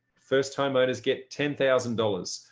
first homeowners get ten thousand dollars.